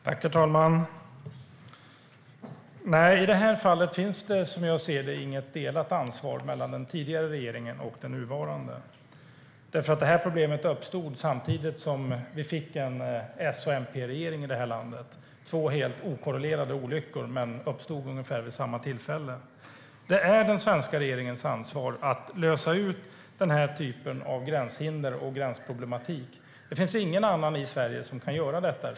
Herr talman! Nej, i det här fallet finns det som jag ser det inget delat ansvar mellan den tidigare regeringen och den nuvarande, för det här problemet uppstod samtidigt som vi fick en S och MP-regering i det här landet - två helt okorrelerade olyckor, men de uppstod ungefär vid samma tillfälle. Det är den svenska regeringens ansvar att lösa ut den här typen av gränshinder och gränsproblematik. Det finns ingen annan i Sverige som kan göra detta.